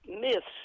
myths